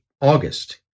August